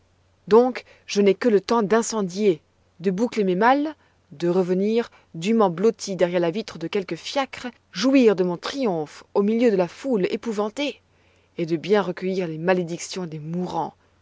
donc je n'ai que le temps d'incendier de boucler mes malles de revenir dûment blotti derrière la vitre de quelque fiacre jouir de mon triomphe au milieu de la foule épouvantée de bien recueillir les malédictions des mourants